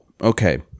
okay